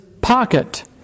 pocket